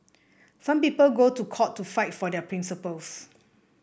some people go to court to fight for their principles